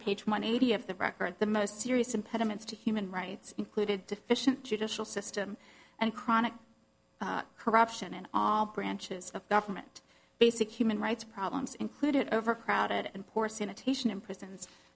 page one eighty of the record the most serious impediments to human rights included deficient judicial system and chronic corruption in all branches of government basic human rights problems included overcrowded and poor sanitation in prisons